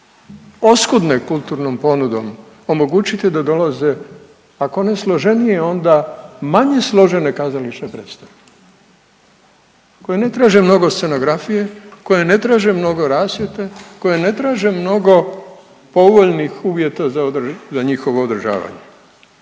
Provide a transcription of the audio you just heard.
oskudne kulturnom ponudom omogućiti da dolaze ako ne složenije onda manje složene kazališne predstave koje ne traže mnogo scenografije, koje ne traže mnogo rasvjete, koje ne traže mnogo povoljnih uvjeta za njihovo održavanje.